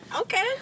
Okay